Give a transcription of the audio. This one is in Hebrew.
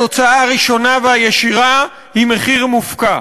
התוצאה הראשונה והישירה היא מחיר מופקע.